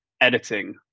editing